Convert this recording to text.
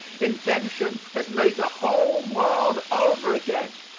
invention has made the whole world over again.